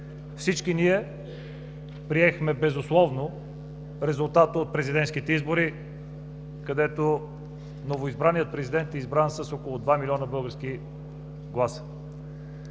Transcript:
Всички ние приехме безусловно резултата от президентските избори, където новоизбраният президент е избран с около 2 милиона български гласа.